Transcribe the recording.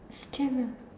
can